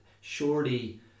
surely